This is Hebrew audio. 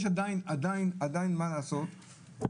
יש עדיין מה לעשות.